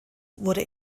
wurde